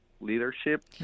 leadership